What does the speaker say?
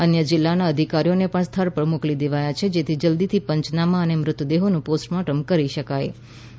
અન્ય જિલ્લાના અધિકારીઓને પણ સ્થળ પર મોકલી દેવાયા છે જેથી જલ્દીથી પંચનામા અને મૃતદેહોનું પોસ્ટ મોર્ટમ કરી શકાય શકે